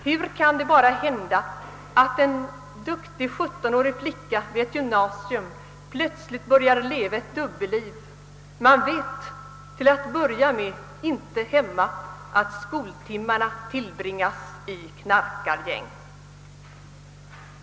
Hur kan det bara hända att en duktig 17-årig flicka vid ett gymnasium plötsligt börjar leva ett dubbelliv — man vet till en början inte hemma att skoltimmarna tillbringas i knarkargäng.